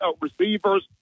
receivers